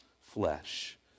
flesh